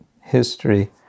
history